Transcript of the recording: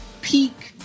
peak